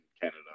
Canada